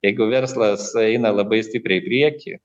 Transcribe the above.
jeigu verslas eina labai stipriai į priekį